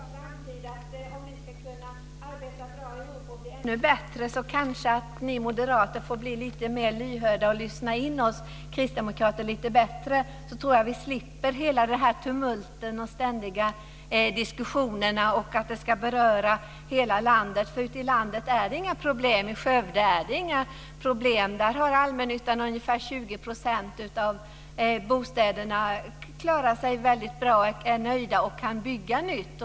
Fru talman! Om vi ska kunna arbeta bra ihop och bli ännu bättre kanske ni moderater får bli lite mer lyhörda och lyssna in oss kristdemokrater lite bättre. Då tror jag att vi slipper tumulten och de ständiga diskussionerna om att det ska beröra hela landet. Ute i landet är det inga problem. I Skövde är det inte problem. Där har allmännyttan ungefär 20 % av bostäderna, klarar sig väldigt bra, är nöjda och kan bygga nytt.